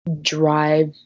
drive